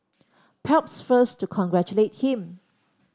perhaps first to congratulate him